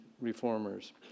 reformers